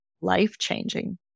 life-changing